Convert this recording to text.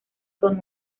con